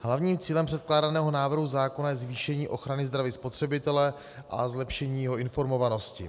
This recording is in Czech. Hlavním cílem předkládaného návrhu zákona je zvýšení ochrany zdraví spotřebitele a zlepšení jeho informovanosti.